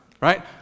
right